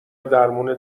درمون